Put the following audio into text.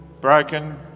Broken